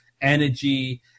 energy